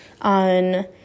on